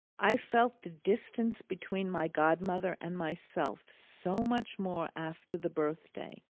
i felt the distance between my godmother and myself so much more after the birthday,